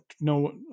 no